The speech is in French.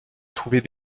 trouver